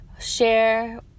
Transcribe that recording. share